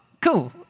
cool